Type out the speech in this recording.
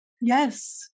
Yes